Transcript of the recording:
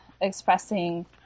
expressing